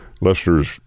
Lester's